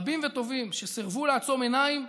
רבים וטובים שסירבו לעצום עיניים